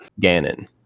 Ganon